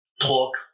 talk